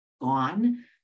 gone